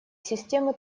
системы